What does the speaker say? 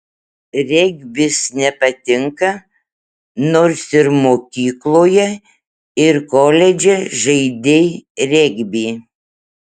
regbis nepatinka nors ir mokykloje ir koledže žaidei regbį